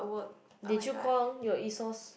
did you call your Asos